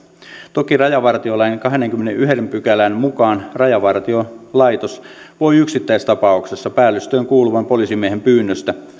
toki rajavartiolain kahdennenkymmenennenensimmäisen pykälän mukaan rajavartiolaitos voi yksittäistapauksessa päällystöön kuuluvan poliisimiehen pyynnöstä